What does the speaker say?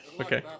Okay